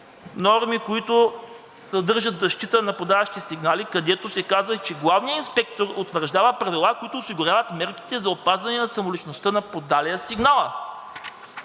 норми, които съдържат защита на подаващи сигнали, където се казва, че главният инспектор утвърждава правила, които осигуряват мерките за опазване на самоличността на подалия сигнала.